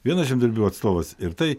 vienas žemdirbių atstovas ir tai